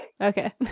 okay